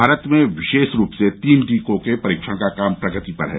भारत में विशेष रूप से तीन टीकों के परीक्षण का काम प्रगति पर है